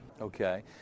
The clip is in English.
Okay